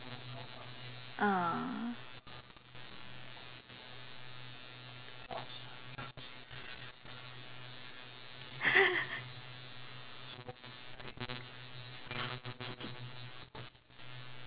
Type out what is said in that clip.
ah